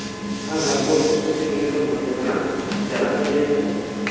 ᱦᱮᱸ ᱦᱮᱸ ᱵᱳᱞᱯᱩᱨ ᱥᱟᱱᱛᱤᱱᱤᱠᱮᱛᱚᱱ ᱦᱳᱴᱮᱞ ᱠᱟᱱᱟ ᱡᱟᱸᱦᱟᱱᱟᱜ ᱵᱮᱱ ᱞᱟᱹᱭ ᱮᱫ ᱛᱟᱸᱦᱮᱱᱟ